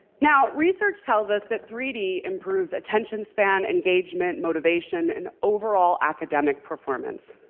now research tells us that three d improves attention span, engagement, motivation, and overall academic performance.